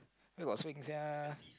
where got swing sia